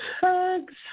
Hugs